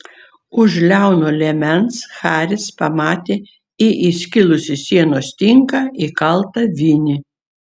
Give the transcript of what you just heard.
už liauno liemens haris pamatė į įskilusį sienos tinką įkaltą vinį